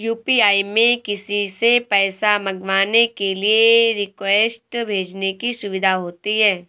UPI में किसी से पैसा मंगवाने के लिए रिक्वेस्ट भेजने की सुविधा होती है